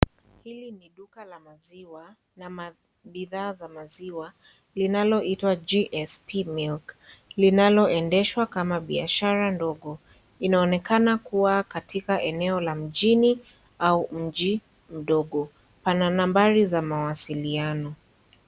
Hili niduka la maziwa na bidhaa za maziwa linaloitowa GSP Milk li nalo endeshwa kama biashara ndogo, inoonekana kuwa katika eneo la mjini au mji ndogo pana nambari za mawasiliyano.